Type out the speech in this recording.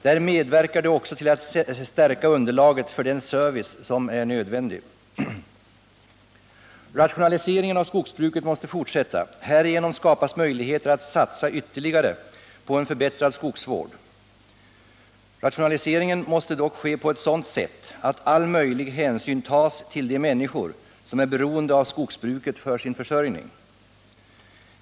Där medverkar det också till att stärka underlaget för den service som är nödvändig. Rationaliseringen av skogsbruket måste fortsätta. Härigenom skapas möjligheter att satsa ytterligare på en förbättrad skogsvård. Rationaliseringen måste dock ske på sådant sätt att all möjlig hänsyn tas till de människor som är beroende av skogsbruket för sin försörjning.